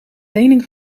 lening